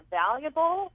valuable